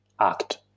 act